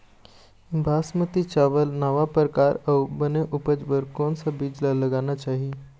बासमती चावल नावा परकार अऊ बने उपज बर कोन सा बीज ला लगाना चाही?